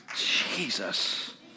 jesus